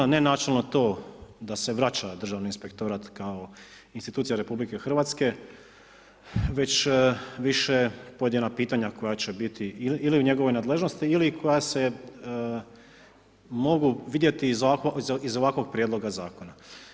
Ne načelno to da se vraća državni inspektorat kao institucija RH već više pojedina pitanja koja će bili ili u njegovoj nadležnosti ili koja se mogu vidjeti iz ovakvog prijedloga zakona.